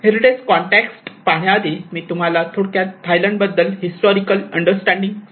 heritage context पाहण्याआधी मी तुम्हाला थोडक्यात थायलंड बद्दल हिस्टॉरिकल अंडरस्टँडिंग सांगतो